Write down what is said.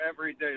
everyday